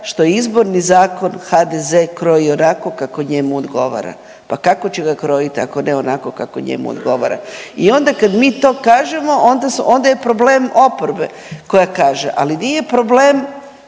što je Izborni zakon HDZ krojio onako kako njemu odgovara. Pa kako će ga krojiti ako ne onako kako njemu odgovara? I onda kad mi to kažemo onda je problem oporbe koja kaže, ali nije problem